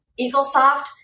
EagleSoft